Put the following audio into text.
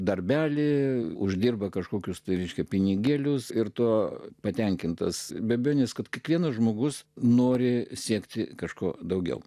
darbelį uždirba kažkokius tai reiškia pinigėlius ir tuo patenkintas be abejonės kad kiekvienas žmogus nori siekti kažko daugiau